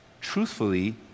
Truthfully